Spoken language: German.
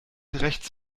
rechts